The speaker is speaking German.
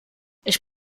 ich